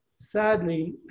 sadly